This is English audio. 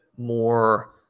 more